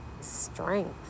strength